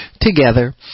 together